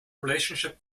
relationship